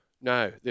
No